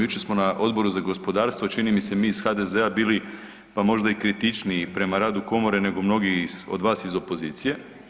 Jučer smo na Odboru za gospodarstvo čini mi se mi iz HDZ-a bili pa možda i kritičniji prema radu komore nego mnogi od vas iz opozicije.